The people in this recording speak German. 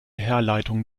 herleitung